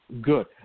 Good